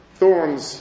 thorns